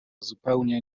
zupełnie